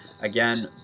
Again